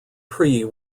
prix